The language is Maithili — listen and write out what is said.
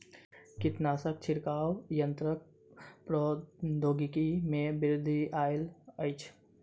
कीटनाशक छिड़काव यन्त्रक प्रौद्योगिकी में वृद्धि आयल अछि